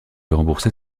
rembourser